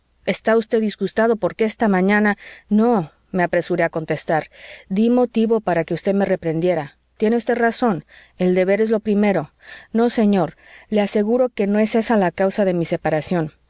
está usted disgustado porque esta mañana no me apresuré a contestar dí motivo para que usted me reprendiera tiene usted razón el deber es lo primero no señor le aseguro que no es esa la causa de mi separación